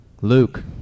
luke